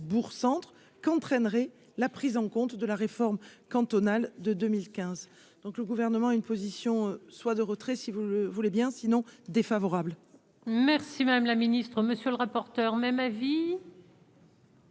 bourg centre qu'entraînerait la prise en compte de la réforme. Cantonales de 2015, donc le gouvernement, une position soit de retrait si vous le voulez bien sinon défavorable. Merci madame la ministre, monsieur le rapporteur, même avis.